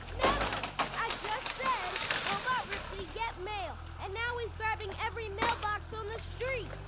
never! i just said, robot ripley, get mail. and now he's grabbing every mailbox on the street!